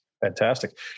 Fantastic